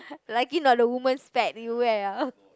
lucky not the woman's pad you wear ah